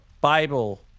Bible